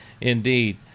indeed